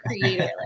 creator